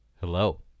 Hello